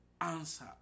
answer